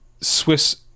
swiss